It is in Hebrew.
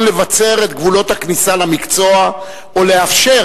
לבצר את גבולות הכניסה למקצוע או לאפשר